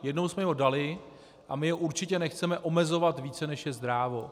Jednou jsme jim ho dali a určitě ho nechceme omezovat více, než je zdrávo.